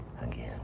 again